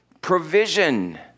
provision